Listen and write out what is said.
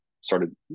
started